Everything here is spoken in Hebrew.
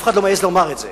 אף אחד לא מעז לומר את זה,